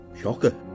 Shocker